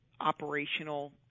operational